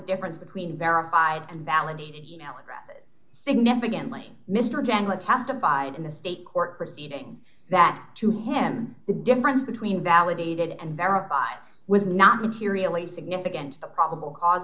difference between verified and valid email addresses significantly mr gengel testified in the state court proceedings that to him the difference between validated and verified was not materially significant probable cause